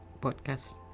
podcast